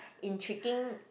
in tricking